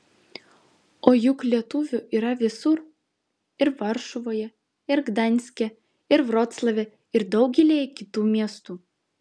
o juk lietuvių yra visur ir varšuvoje ir gdanske ir vroclave ir daugelyje kitų miestų